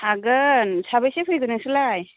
हागोन साबैसे फैगोन नोंसोरलाय